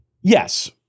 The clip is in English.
Yes